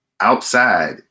outside